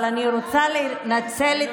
אבל אני רוצה לנצל את